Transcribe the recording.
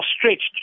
stretched